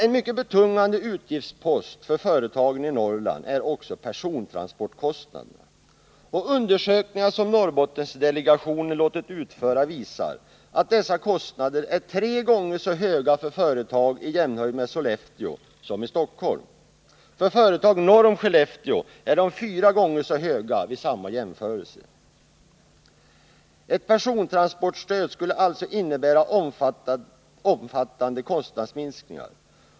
En mycket betungande utgiftspost för företagen i Norrland är också persontransportkostnaderna. Undersökningar, som Norrbottendelegationen låtit utföra, visar att dessa kostnader är tre gånger så höga för företag i jämnhöjd med Sollefteå som i Stockholm. För företag norr om Skellefteå är de fyra gånger så höga vid samma jämförelse. Ett persontransportstöd skulle alltså innebära omfattande kostnadsminskningar.